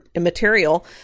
material